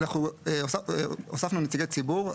אנחנו הוספנו נציגי ציבור.